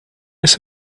this